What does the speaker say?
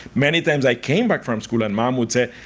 many times i came back from school and mom would say,